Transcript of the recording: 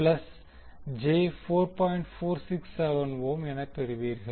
467 ஓம் எனப் பெறுவீர்கள்